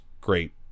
Great